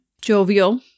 jovial